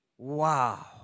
Wow